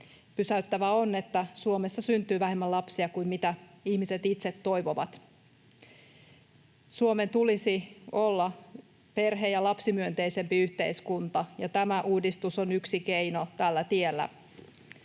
Pysäyttävää on, että Suomessa syntyy vähemmän lapsia kuin ihmiset itse toivovat. Suomen tulisi olla perhe- ja lapsimyönteisempi yhteiskunta, ja tämä uudistus on yksi keino tällä tiellä.